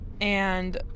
And-